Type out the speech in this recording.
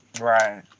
Right